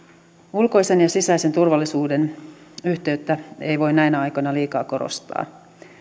ulkoisen ja sisäisen turvallisuuden yhteyttä ei voi näinä aikoina liikaa korostaa